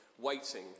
waiting